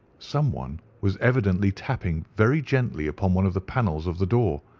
someone was evidently tapping very gently upon one of the panels of the door.